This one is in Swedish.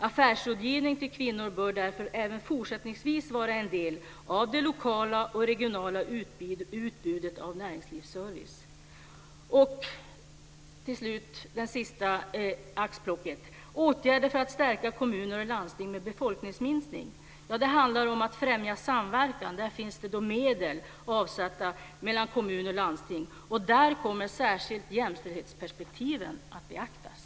Affärsrådgivning till kvinnor bör därför även fortsättningsvis vara en del av det lokala och regionala utbudet av näringslivsservice. · Åtgärder för att stärka kommuner och landsting med befolkningsminskning handlar om att främja samverkan - där finns medel avsatta - mellan kommun och landsting, och där kommer särskilt jämställdhetsperspektiven att beaktas.